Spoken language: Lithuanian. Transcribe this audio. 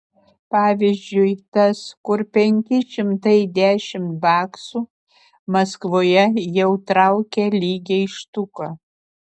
pavyzdžiui tas kur penki šimtai dešimt baksų maskvoje jau traukia lygiai štuką